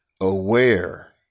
aware